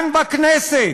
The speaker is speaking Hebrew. מה זה היה עוזר, כאן בכנסת,